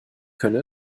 könne